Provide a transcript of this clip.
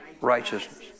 righteousness